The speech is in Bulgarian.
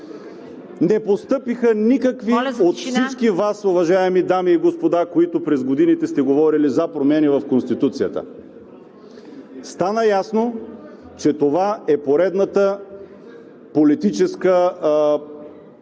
ХРИСТОВ: …от всички Вас, уважаеми дами и господа, които през годините сте говорили за промени в Конституцията. Стана ясно, че това е поредната политическа проява